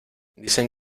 dicen